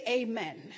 amen